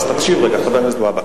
תקשיב רגע, חבר הכנסת והבה.